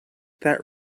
that